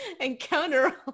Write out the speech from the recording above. encounter